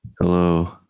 Hello